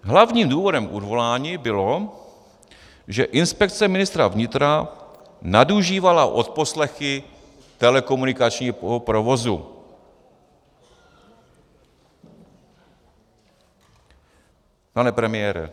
Hlavním důvodem odvolání bylo, že Inspekce ministra vnitra nadužívala odposlechy telekomunikačního provozu, pane premiére.